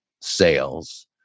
sales